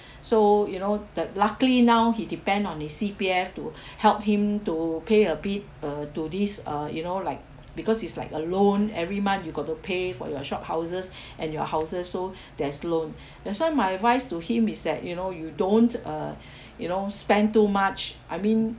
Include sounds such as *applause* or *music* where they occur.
*breath* so you know that luckily now he depend on his C_P_F to *breath* help him to pay a bit uh to this uh you know like because he's like alone every month you got to pay for your shophouses *breath* and your houses so *breath* there's loan *breath* that's why my advice to him is that you know you don't uh *breath* you know spend too much I mean